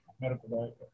medical